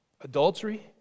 Adultery